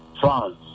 France